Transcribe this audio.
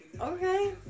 Okay